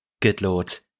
Goodlord